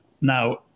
now